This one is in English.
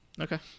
Okay